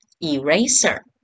Eraser